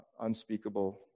unspeakable